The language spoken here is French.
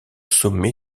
sommet